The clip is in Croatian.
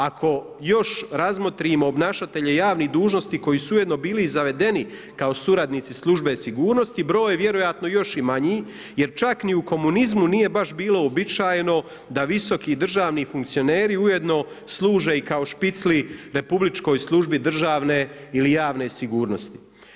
Ako još razmotrimo obnašatelje javnih dužnosti koji su ujedno bili i zavedeni kao suradnici službe sigurnosti broj je vjerojatno još i manji jer čak ni u komunizmu nije baš bilo uobičajeno da visoki državni funkcioneri ujedno služe i kao špicli Republičkoj službi državne ili javne sigurnosti.